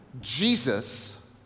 Jesus